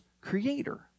creator